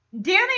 Danny